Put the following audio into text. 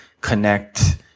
connect